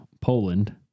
Poland